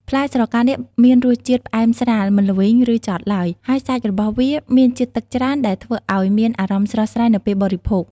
ផ្លែស្រកានាគមានរសជាតិផ្អែមស្រាល មិនល្វីង ឬចត់ឡើយ ហើយសាច់របស់វាមានជាតិទឹកច្រើនដែលធ្វើឱ្យមានអារម្មណ៍ស្រស់ស្រាយនៅពេលបរិភោគ។